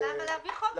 אז למה להביא חוק?